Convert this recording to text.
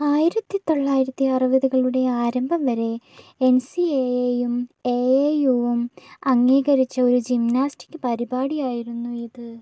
ആയിരത്തി തൊള്ളായിരത്തി അറുപതുകളുടെ ആരംഭം വരെ എൻ സി എ എയും എ എ യുവും അംഗീകരിച്ച ഒരു ജിംനാസ്റ്റിക് പരിപാടിയായിരുന്നു ഇത്